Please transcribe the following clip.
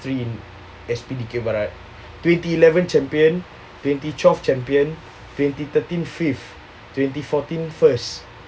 in S_P dikir barat twenty eleven champion twenty twelve champion twenty thirteen fifth twenty fourteen first